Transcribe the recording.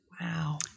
Wow